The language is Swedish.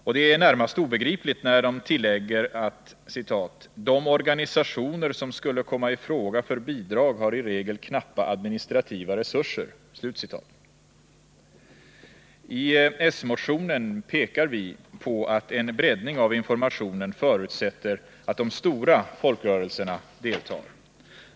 Och det är närmast obegripligt när de tillägger: ”De organisationer som skulle komma i fråga för bidrag har i regel knappa administrativa resurser.” I s-motionen pekar vi på att en breddning av informationen förutsätter att de stora folkrörelserna deltar.